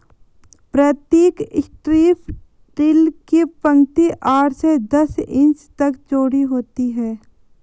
प्रतीक strip till की पंक्ति आठ से दस इंच तक चौड़ी होती है